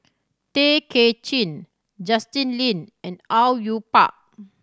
Tay Kay Chin Justin Lean and Au Yue Pak